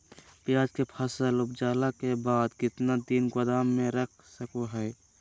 प्याज के फसल उपजला के बाद कितना दिन गोदाम में रख सको हय?